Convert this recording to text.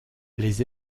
les